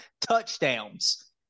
touchdowns